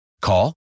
Call